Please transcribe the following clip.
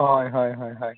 ᱦᱳᱭ ᱦᱳᱭ ᱦᱳᱭ ᱦᱳᱭ